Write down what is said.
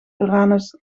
uranus